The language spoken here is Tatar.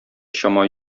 чама